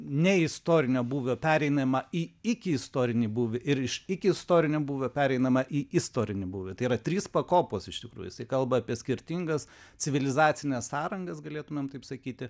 neistorinio būvio pereinama į iki istorinį būvį ir iš iki istorinio būvio pereinama į istorinį būvį tai yra trys pakopos iš tikrųjų jisai kalba apie skirtingas civilizacines sąrangas galėtumėm taip sakyti